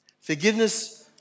Forgiveness